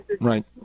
right